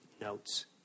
notes